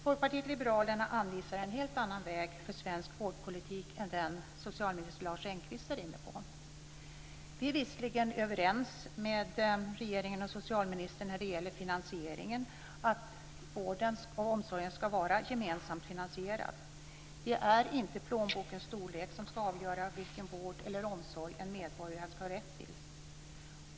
Folkpartiet liberalerna anvisar en helt annan väg för svensk vårdpolitik än den som socialminister Lars Engqvist är inne på. Vi är visserligen överens med regeringen och socialministern om finansieringen - att vården och omsorgen ska vara gemensamt finansierade. Det är inte plånbokens storlek som ska avgöra vilken vård eller omsorg en medborgare ska ha rätt till.